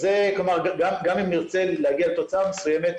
כלומר גם אם נרצה להגיע לתוצאה מסוימת,